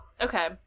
Okay